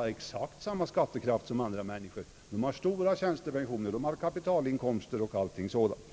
har samma skattekraft som andra människor, de som har stora tjänstepensioner, kapitalinkomster och sådant.